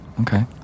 okay